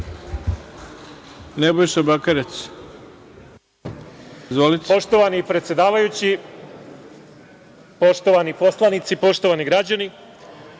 **Nebojša Bakarec** Poštovani predsedavajući, poštovani poslanici, poštovani građani,